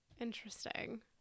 interesting